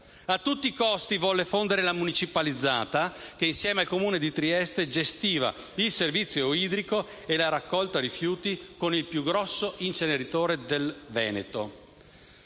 a tutti i costi la municipalizzata che, insieme al Comune di Trieste, gestiva il servizio idrico e la raccolta rifiuti con il più grande inceneritore del Veneto.